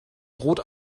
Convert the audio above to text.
droht